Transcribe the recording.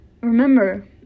remember